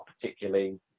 particularly